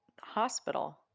Hospital